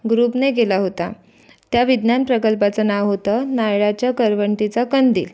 ग्रुपने केला होता त्या विज्ञान प्रकल्पाचं नाव होतं नारळाच्या करवंटीचा कंदील